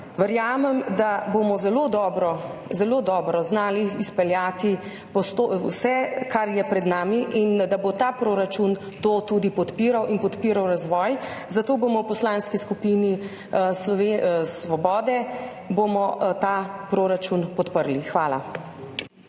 Verjamem, da bomo zelo dobro znali izpeljati vse, kar je pred nami, in da bo ta proračun to tudi podpiral in podpiral razvoj. Zato bomo v Poslanski skupini Svoboda ta proračun podprli. Hvala.